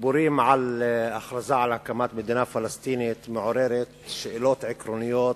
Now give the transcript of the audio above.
הדיבורים על הכרזה על הקמת מדינה פלסטינית מעוררים שאלות עקרוניות.